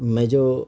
میں جو